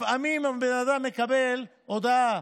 לפעמים הבן אדם מקבל הודעה: